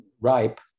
ripe